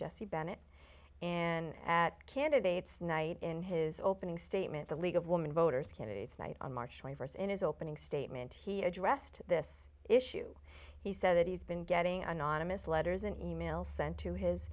jesse bennett and that candidate's night in his opening statement the league of women voters candidate's night on march st in his opening statement he addressed this issue he said that he's been getting anonymous letters and e mails sent to his